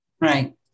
Right